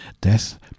Death